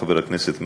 חבר הכנסת מרגי.